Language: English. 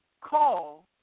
call